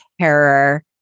terror